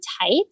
tight